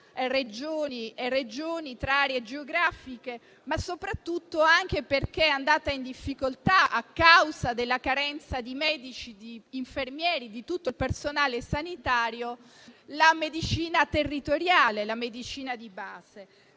Regioni e tra aree geografiche, ma soprattutto perché è andata in difficoltà - a causa della carenza di medici, di infermieri, di tutto il personale sanitario - la medicina territoriale, la medicina di base.